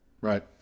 right